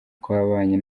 twabanye